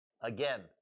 Again